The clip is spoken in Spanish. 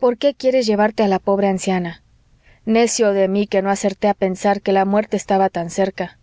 por qué quieres llevarte a la pobre anciana necio de mí que no acerté a pensar que la muerte estaba tan cerca